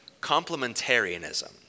complementarianism